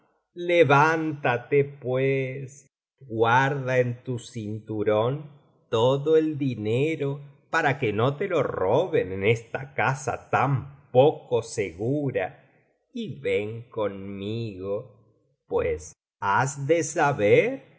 pues guarda en tu cinturón todo el dinero para que no te lo roben en esta casa tan poco segura y ven conmigo pues has de saber